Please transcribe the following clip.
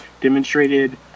demonstrated